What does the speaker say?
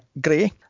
Gray